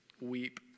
weep